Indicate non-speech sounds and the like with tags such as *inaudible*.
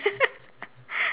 *laughs*